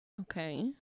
Okay